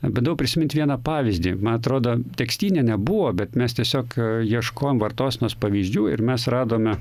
bandau prisimint vieną pavyzdį man atrodo tekstyne nebuvo bet mes tiesiog ieškojom vartosenos pavyzdžių ir mes radome